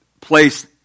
place